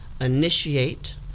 initiate